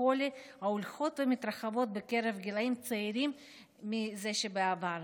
החולי הולכות ומתרחבות בקרב גילאים צעירים מזה שבעבר.